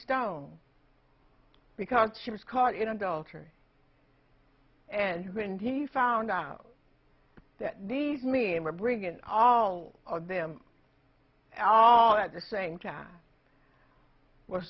stone because she was caught in adultery and when he found out that these men were brigand all of them and all at the same time